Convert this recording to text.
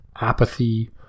apathy